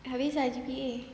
habis ah G_P_A